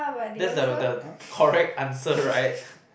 that's the the correct answer right